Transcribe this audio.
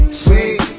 sweet